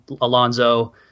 alonzo